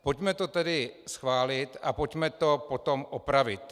Pojďme to tedy schválit a pojďme to potom opravit.